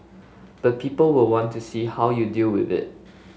but people will want to see how you deal with it